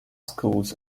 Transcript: schools